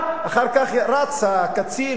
אחר כך רץ הקצין ר',